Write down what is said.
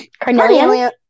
Carnelian